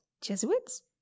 Jesuits